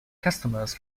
customers